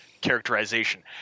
characterization